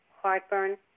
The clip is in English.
heartburn